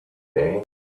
day